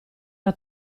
era